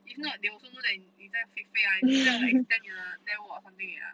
if not they also know like 你在 fake fake lah 你在 like expand 你的 network or something 而已 ah